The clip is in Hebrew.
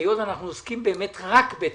היות שאנחנו עוסקים באמת רק בתקציב,